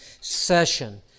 session